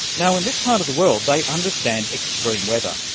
now in this part of the world they understand extreme weather.